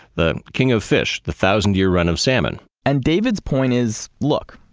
the king of fish the thousand year run of salmon and david's point is, look,